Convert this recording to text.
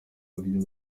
buryo